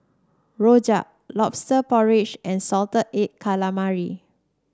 rojak lobster porridge and Salted Egg Calamari